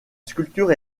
sculpture